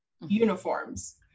uniforms